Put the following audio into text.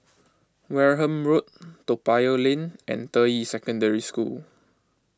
Wareham Road Toa Payoh Lane and Deyi Secondary School